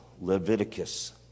Leviticus